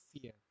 fear